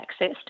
accessed